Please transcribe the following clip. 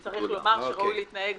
צריך לומר שראוי לנהוג